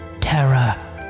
terror